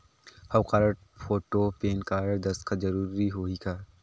हव card, photo, PAN card, दस्खत जरूरी होही का?